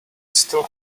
still